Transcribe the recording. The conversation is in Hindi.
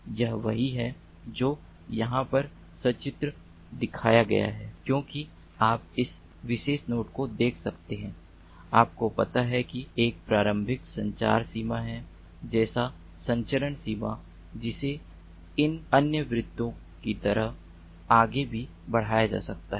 तो यह वही है जो यहाँ पर सचित्र दिखाया गया है क्योंकि आप इस विशेष नोड को देख सकते हैं आपको पता है कि इसकी एक प्रारंभिक संचार सीमा है जैसे संचरण सीमा जिसे इन अन्य वृत्तो की तरह आगे भी बढ़ाया जा सकता है